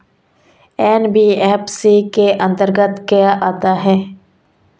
NBFC के अंतर्गत क्या आता है?